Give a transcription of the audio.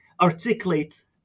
articulate